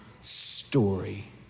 story